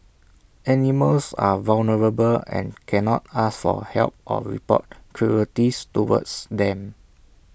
animals are vulnerable and cannot ask for help or report cruelties towards them